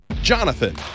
Jonathan